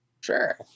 Sure